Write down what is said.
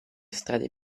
strade